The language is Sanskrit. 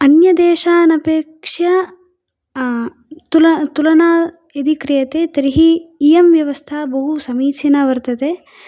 अन्यदेशानाम् अपेक्षया तुल तुलना यदि क्रियते तर्हि इयं व्यवस्था बहु समीचिना वर्तते